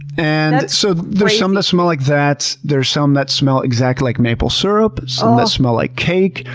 and so there's some that smell like that. there's some that smell exactly like maple syrup, some that smell like cake,